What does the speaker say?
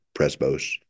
presbos